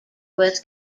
was